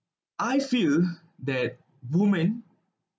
I feel that woman